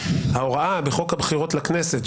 ההוראה בחוק הבחירות לכנסת,